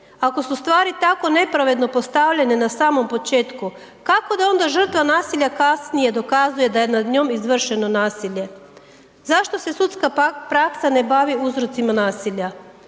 Ako su stvari tako nepravedno postavljene na samom početku, kako da onda žrtva nasilja kasnije dokazuje da je nad njom izvršeno nasilje? Zašto se sudska praksa ne bavi uzrocima nasilja?